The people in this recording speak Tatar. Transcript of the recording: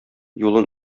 юлын